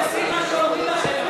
ההסתייגות הראשונה של קבוצת סיעת מרצ,